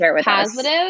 positive